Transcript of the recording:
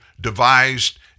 devised